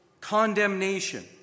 condemnation